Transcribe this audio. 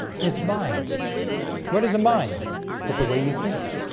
his mind what is a mind but the way you think?